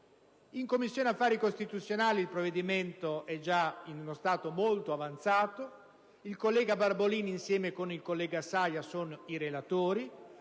In Commissione affari costituzionali il provvedimento è già in uno stato molto avanzato: i colleghi Barbolini e Saia sono i relatori,